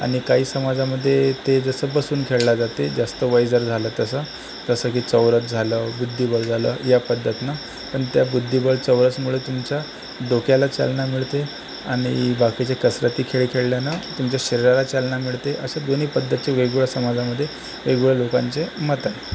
आणि काही समाजामध्ये ते जसं बसून खेळल्या जाते जास्त वय जर झालं तसं जसं की चौरस झालं बुद्धिबळ झालं या पद्धतीनं पण त्या बुद्धिबळ चौरसमुळे तुमच्या डोक्याला चालना मिळते आणि बाकीचे कसरती खेळ खेळल्यानं तुमच्या शरीराला चालना मिळते असे दोन्ही पद्धत वेगवेगळ्या समाजामध्ये वेगवेगळ्या लोकांचे मत आहेत